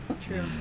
True